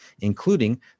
including